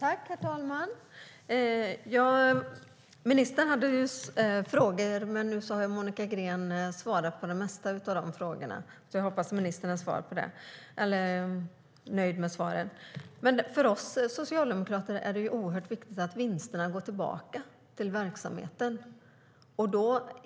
Herr talman! Ministern hade frågor, men nu har Monica Green svarat på de flesta. Jag hoppas att ministern är nöjd med svaren. För oss socialdemokrater är det oerhört viktigt att vinsterna går tillbaka till verksamheten.